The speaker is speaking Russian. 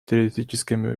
террористическими